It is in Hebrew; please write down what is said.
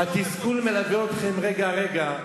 חבל מאוד, התסכול מלווה אתכם רגע-רגע.